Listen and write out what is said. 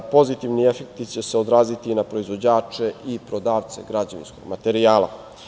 Pozitivni efekti će se odraziti i na proizvođače i prodavce građevinskog materijala.